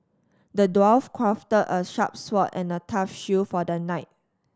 the dwarf crafted a sharp sword and a tough shield for the knight